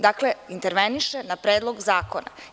Dakle, interveniše na Predlog zakona.